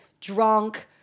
drunk